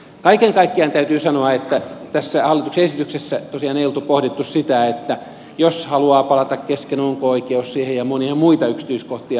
kaiken kaikkiaan täytyy sanoa että tässä hallituksen esityksessä tosiaan ei ollut pohdittu sitä että jos haluaa palata kesken onko oikeus siihen ja monia muita yksityiskohtia